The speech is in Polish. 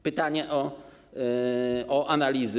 Pytanie o analizy.